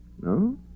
No